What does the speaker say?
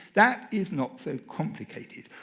that is not so complicated.